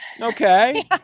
okay